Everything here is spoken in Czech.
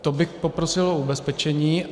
To bych poprosil o ubezpečení.